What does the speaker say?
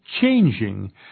changing